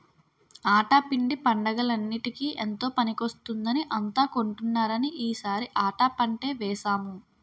ఆటా పిండి పండగలన్నిటికీ ఎంతో పనికొస్తుందని అంతా కొంటున్నారని ఈ సారి ఆటా పంటే వేసాము